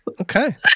Okay